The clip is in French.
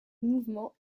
mouvement